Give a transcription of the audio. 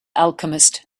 alchemist